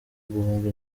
guhunga